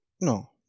no